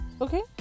okay